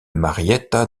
marietta